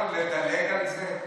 אתה לא יכול לדלג על זה?